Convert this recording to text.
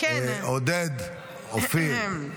עודד, אופיר.